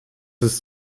ist